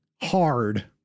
hard